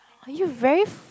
you very